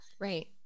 Right